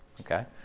Okay